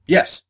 Yes